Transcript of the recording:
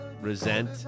resent